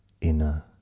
inner